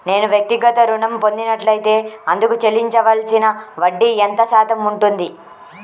నేను వ్యక్తిగత ఋణం పొందినట్లైతే అందుకు చెల్లించవలసిన వడ్డీ ఎంత శాతం ఉంటుంది?